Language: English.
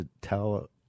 tell